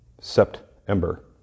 september